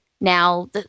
Now